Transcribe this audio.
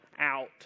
out